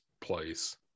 place